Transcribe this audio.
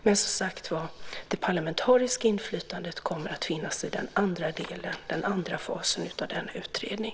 Men, som sagt var, det parlamentariska inflytandet kommer att finnas i den andra fasen av denna utredning.